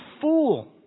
fool